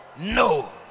No